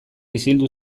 isildu